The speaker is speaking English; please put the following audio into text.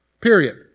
period